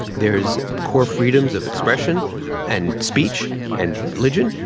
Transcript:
there's core freedoms of expression and speech and religion,